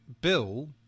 Bill